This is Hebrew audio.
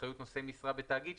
אחריות נושא משרה בתאגיד,